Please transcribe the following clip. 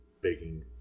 baking